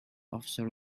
officer